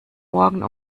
morgen